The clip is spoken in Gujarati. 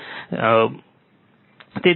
કોમનમોડ ઇનપુટ ઇમ્પેડન્સ શું છે